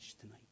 tonight